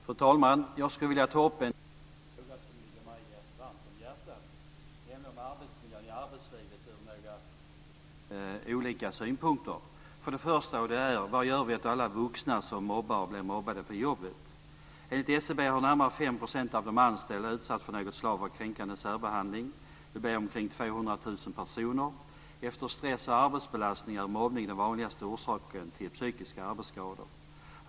Fru talman! Jag skulle vilja ta upp en viktig fråga som ligger mig varmt om hjärtat, nämligen arbetsmiljön i arbetslivet ur några olika synvinklar. Enligt SCB har närmare 5 % av de anställda utsatts för något slag av kränkande särbehandling. Det blir omkring 200 000 personer. Efter stress och arbetsbelastning är mobbning den vanligaste orsaken till psykiska arbetsskador.